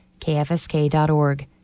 KFSK.org